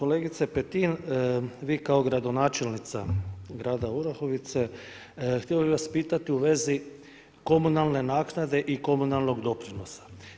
Kolegice Petin, vi kao gradonačelnica grada Orahovice htio bi vas pitati u vezi komunalne naknade i komunalnog doprinosa.